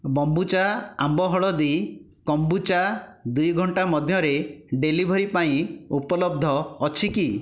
ବମ୍ବୁଚା ଆମ୍ବ ହଳଦୀ କମ୍ବୁଚା ଦୁଇ ଘଣ୍ଟାମଧ୍ୟରେ ଡେଲିଭରି ପାଇଁ ଉପଲବ୍ଧ ଅଛି କି